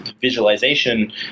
visualization